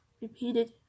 repeated